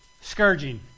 scourging